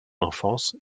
enfance